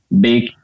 big